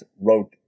wrote